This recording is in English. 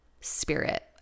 spirit